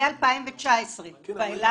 מ-2019 ואילך